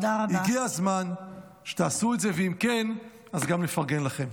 הגיע הזמן שתעשו את זה, ואם כן, גם נפרגן לכם.